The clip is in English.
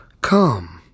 Come